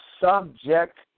subject